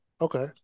Okay